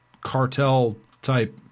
cartel-type